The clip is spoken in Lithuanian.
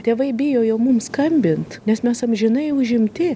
tėvai bijo jau mums skambint nes mes amžinai užimti